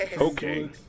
Okay